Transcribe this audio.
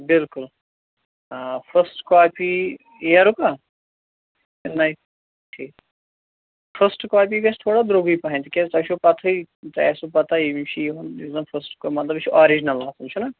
بِلکُل آ first copy اِیرُکا نَیہِ ٹھیٖک فٔسٹہٕ کاپی گژھِ تھوڑا درٛۅگٕے پَہن تِکیٛازِ تۄہہِ چھُو پَتہٕے تۄہہِ آسٮ۪و پَتہٕ یِم چھِ یِوان یُس زَن فٔسٹ کا مطلب یہِ چھُ آرجِنَل آسان چھُنا